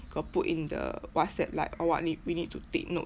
got put in the whatsapp like oh like what need we need to take note